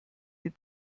die